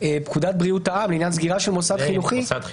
פקודת בריאות העם, לעניין סגירה של מוסד חינוכי.